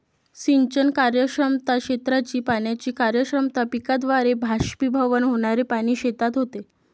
सिंचन कार्यक्षमता, क्षेत्राची पाण्याची कार्यक्षमता, पिकाद्वारे बाष्पीभवन होणारे पाणी शेतात होते